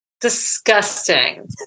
disgusting